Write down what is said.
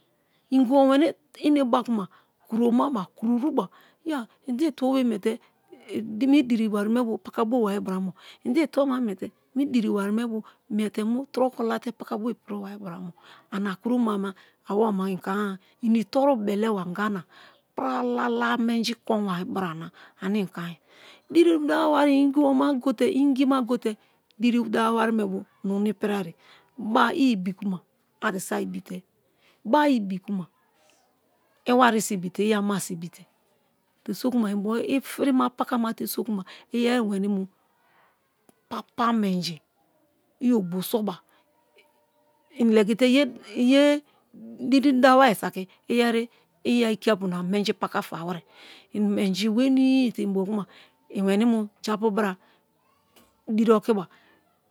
Ingibo wemi ene ba-a kuma krom-aba kru-ruba ya̠ i̠nde itubobe miete mi diri wari me bo paka bowari bra mo, inde itubo ma miete mi diri wari me bo miete mu trokalate pakabo ipiri wa-bra mo. Ana kroma me awomema i kon-a i̠ toru belewa anga na bralala menji kon wa brana diri dawa wari ingiboma gote ingima gote diri dawa wari me bo nunu ipiriaye ba-a ibite uma ari so a ibite ba-a i̠ ibi-kuma i̠ wari so ibite i̠ ama so ibite te sokuma i̠nbo irima pakamate sokuma iyeri meni mu papa menji i̠ ōgbō-soba i legite ye diri dawai saki iyeri i̠ iya-kiapu na menji paka fawere i menji weni̠ te i̠ bo kuma i̠ weni mu japu bra diri okiba